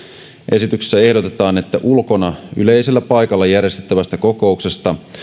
esityksessä ehdotetaan että ulkona yleisellä paikalla järjestettävästä kokouksesta